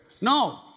No